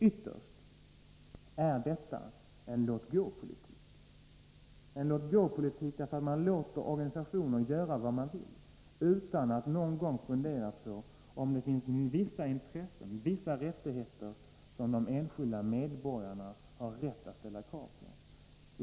Ytterst är detta en låt-gå-politik, eftersom man låter organisationerna göra vad de vill utan att man någon gång funderar på om det finns vissa intressen och rättigheter som de enskilda medborgarna har rätt att ställa krav på.